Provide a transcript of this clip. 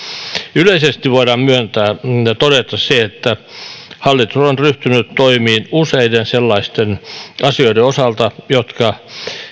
yleisesti voidaan myöntää ja todeta se että hallitus on ryhtynyt toimiin useiden sellaisten asioiden osalta jotka